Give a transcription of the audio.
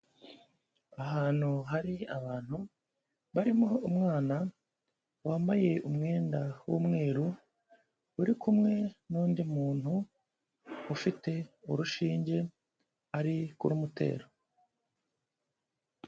Ahantu hari abantu barimo umwana wambaye umwenda w'umweru uri kumwe n'undi muntu ufite urushinge, ari kurumutera.